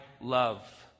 love